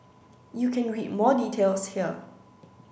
you can read more details here